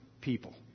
people